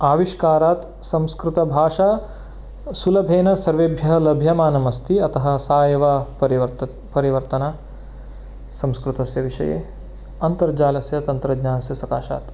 आविष्कारात् संस्कृतभाषा सुलभेन सर्वेभ्यः लभ्यमानम् अस्ति अतः सा एव परिवर्त परिवर्तना संस्कृतस्य विषये अन्तर्जालस्य तन्त्रज्ञानस्य सकाशात्